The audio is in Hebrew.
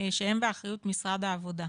שהם באחריות משרד העבודה.